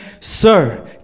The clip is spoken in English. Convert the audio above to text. sir